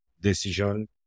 decision